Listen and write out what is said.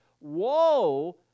Woe